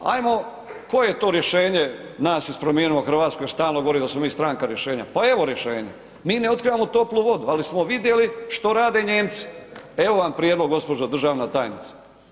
Ajmo koje je to rješenje nas iz Promijenimo Hrvatsku jer stalno govori da smo mi stranka rješenja, pa evo rješenja, mi ne otkrivamo toplu vodu, ali smo vidjeli što rade Nijemci, evo vam prijedlog gospođo državna tajnice.